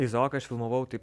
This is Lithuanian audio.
izaoką aš filmavau taip